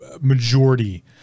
majority